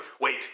Wait